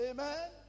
Amen